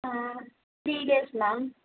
ah three days ma'am